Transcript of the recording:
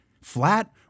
Flat